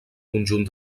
conjunt